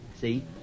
See